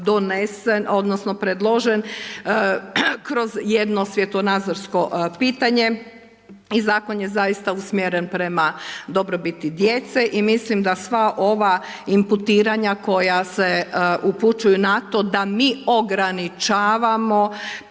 način predložen kroz jedno svjetonadzorsko pitanje i Zakon je zaista usmjeren prema dobrobiti djece i mislim da sva ova imputiranja koja se upućuju na to da mi ograničavamo,